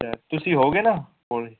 ਤੁਸੀਂ ਹੋਓਗੇ ਨਾ ਕੋਲ